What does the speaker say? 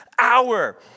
Hour